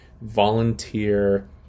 volunteer